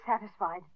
satisfied